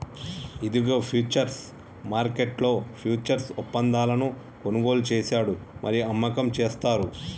ఇదిగో ఫ్యూచర్స్ మార్కెట్లో ఫ్యూచర్స్ ఒప్పందాలను కొనుగోలు చేశాడు మరియు అమ్మకం చేస్తారు